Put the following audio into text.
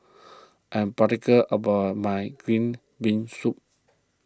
I am particular about my Green Bean Soup